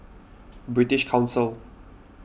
British Council